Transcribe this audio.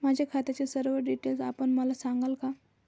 माझ्या खात्याचे सर्व डिटेल्स आपण मला सांगाल का?